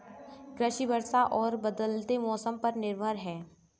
कृषि वर्षा और बदलते मौसम पर निर्भर है